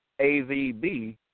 AVB